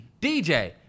DJ